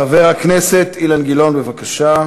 חבר הכנסת אילן גילאון, בבקשה.